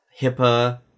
HIPAA